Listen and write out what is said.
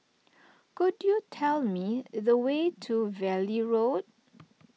could you tell me the way to Valley Road